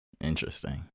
Interesting